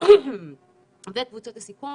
וקבוצות הסיכון